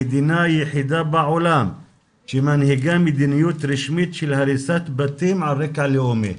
המדינה היחידה בעולם שמנהיגה מדיניות רשמית של הריסת בתים על רקע לאומי.